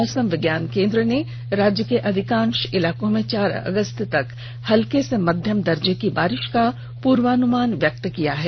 मौसम विज्ञान केन्द्र ने राज्य के अधिकांश इलाकों में चार अगस्त तक हल्के से मध्यम दर्जे की बारिश का पूर्वानुमान व्यक्त किया है